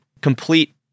Complete